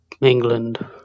England